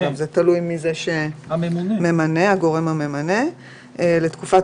תלוי מי שממנה - להאריך את כהונתו לתקופת